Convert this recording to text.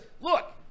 look